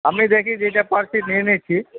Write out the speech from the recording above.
আমি দেখি যেটা পারছি নিয়ে নিচ্ছি